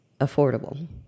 affordable